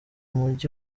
mujyi